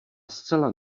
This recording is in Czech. zcela